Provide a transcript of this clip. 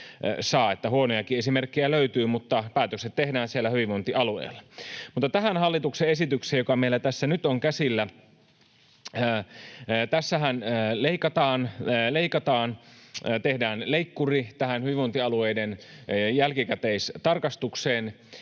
huonojakin esimerkkejä löytyy, mutta päätökset tehdään siellä hyvinvointialueilla. Mutta tähän hallituksen esitykseen, joka meillä tässä nyt on käsillä: Tässähän leikataan, tehdään leikkuri tähän hyvinvointialueiden jälkikäteistarkastukseen,